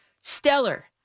stellar